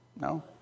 No